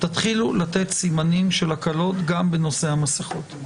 תתחילו לתת סימנים של הקלות גם בנושא המסכות.